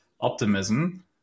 Optimism